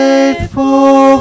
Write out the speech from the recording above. Faithful